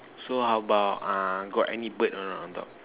so how about got any bird on top or not